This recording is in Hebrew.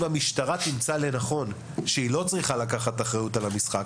אם המשטרה תמצא לנכון שהיא לא צריכה לקחת אחריות על המשחק,